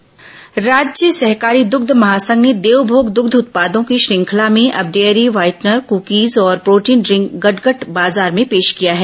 देवमोग उत्पाद राज्य सहकारी दुग्ध महासंघ ने देवभोग दुग्ध उत्पादों की श्रृंखला में अब डेयरी व्हाइटनर कुकीज और प्रोटीन ड्रिंक गटगट बाजार में पेश किया है